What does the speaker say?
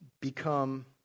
become